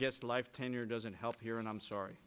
guess life tenure doesn't help here and i'm sorry